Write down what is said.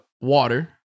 water